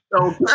Okay